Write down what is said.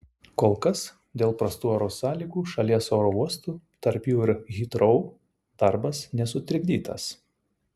kol kas dėl prastų oro sąlygų šalies oro uostų tarp jų ir hitrou darbas nesutrikdytas